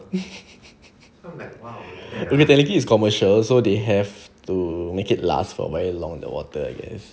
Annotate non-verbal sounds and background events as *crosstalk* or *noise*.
*laughs* okay technically it's commercial so they have to make it last for very long the water I guess